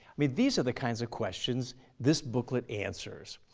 i mean these are the kinds of questions this booklet answers.